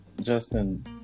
Justin